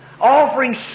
Offering